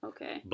Okay